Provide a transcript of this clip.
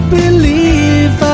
believe